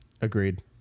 Agreed